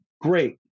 Great